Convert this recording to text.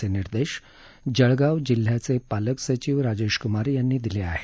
असे निर्देश जळगाव जिल्ह्याचे पालक सचिव राजेश कुमार यांनी दिले आहेत